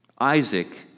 Isaac